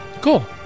cool